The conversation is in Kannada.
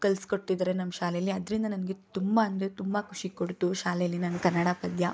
ಕಲಿಸ್ಕೊಟ್ಟಿದ್ರೆ ನಮ್ಮ ಶಾಲೆಲಿ ಅದರಿಂದ ನನಗೆ ತುಂಬ ಅಂದರೆ ತುಂಬ ಖುಷಿ ಕೊಡ್ತು ಶಾಲೆಲಿ ನನ್ನ ಕನ್ನಡ ಪದ್ಯ